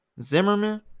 Zimmerman